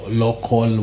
local